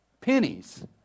pennies